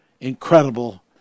incredible